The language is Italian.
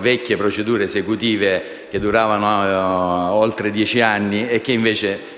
vecchie procedure esecutive, che duravano oltre dieci anni e che, invece,